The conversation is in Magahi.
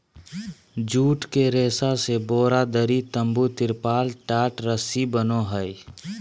जुट के रेशा से बोरा, दरी, तम्बू, तिरपाल, टाट, रस्सी बनो हइ